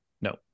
No